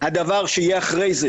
הדבר שיהיה אחרי זה,